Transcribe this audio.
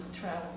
travel